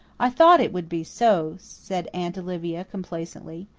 i thought it would be so, said aunt olivia complacently.